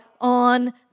on